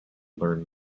learn